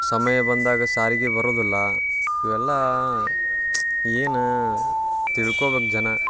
ಸಮಯ ಬಂದಾಗ ಸಾರಿಗೆ ಬರೋದಿಲ್ಲ ಇವೆಲ್ಲ ಏನು ತಿಳ್ಕೋಬೇಕ್ ಜನ